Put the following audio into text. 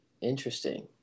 Interesting